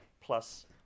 plus